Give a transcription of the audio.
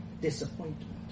disappointment